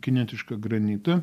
kinietišką granitą